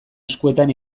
eskuetan